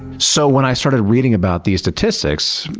so when i started reading about these statistics,